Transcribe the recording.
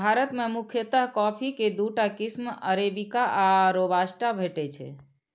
भारत मे मुख्यतः कॉफी के दूटा किस्म अरेबिका आ रोबास्टा भेटै छै